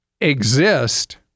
exist